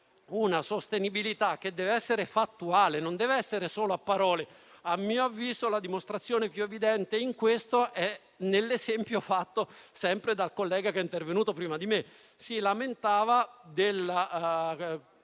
una sostenibilità che deve essere fattuale e non solo a parole. A mio avviso, la dimostrazione più evidente di questo è nell'esempio fatto sempre dal collega intervenuto prima di me. Si lamentava della